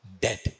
dead